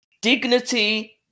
Dignity